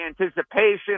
anticipation